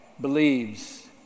believes